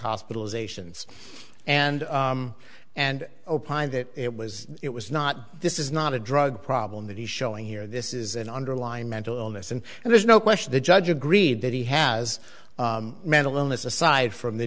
hospitalization and and opined that it was it was not this is not a drug problem that he's showing here this is an underlying mental illness and there's no question the judge agreed that he has mental illness aside from the